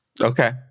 Okay